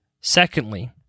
Secondly